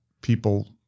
people